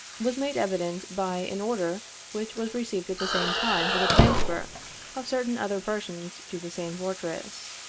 was made evident by an order which was received at the same time for the transfer of certain other persons to the same fortress.